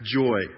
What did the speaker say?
joy